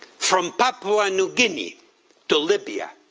from papua new guinea to libya,